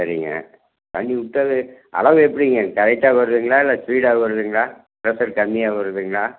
சரிங்க பண்ணிவிட்டாவே அளவு எப்படிங்க கரெக்டாக வருதுங்களா இல்லை ஸ்பீடாக வருதுங்களா ப்ரெஷ்ஷர் கம்மியாக வருதுங்களா